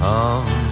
Come